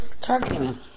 Targeting